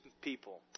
people